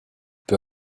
peu